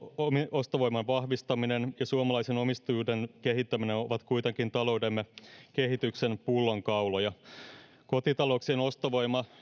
ostovoiman vahvistaminen ja suomalaisen omistajuuden kehittäminen ovat kuitenkin taloutemme kehityksen pullonkauloja kotitalouksien ostovoima